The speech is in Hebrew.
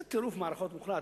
זה טירוף מערכות מוחלט.